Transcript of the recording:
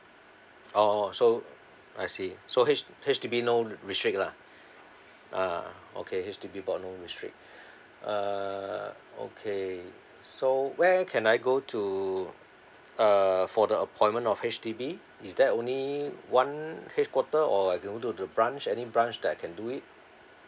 oh so I see so H~ H_D_B no restrict lah uh okay H_D_B got no restrict uh okay so where you can I go to uh for the appointment of H_D_B is there only one headquarter or I can go to the branch any branch that can do it